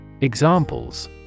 Examples